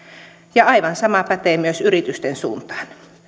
ja aivan sama pätee myös yritysten suuntaan